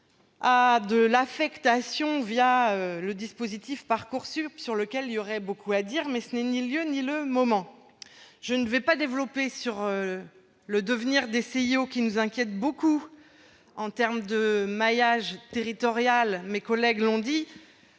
de l'affectation le dispositif Parcoursup, sur lequel il y aurait beaucoup à dire, mais ce n'est ni le lieu ni le moment. Je ne m'attarderai pas sur l'avenir des CIO, qui nous inquiète beaucoup en termes de maillage territorial, mes collègues l'ont dit,